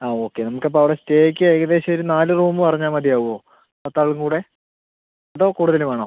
ആ ഓക്കെ നമുക്ക് അപ്പം അവിടെ സ്റ്റേയ്ക്ക് ഏകദേശം ഒരു നാല് റൂം പറഞ്ഞാൽ മതിയാവുമോ പത്താളും കൂടെ അതോ കൂടുതൽ വേണോ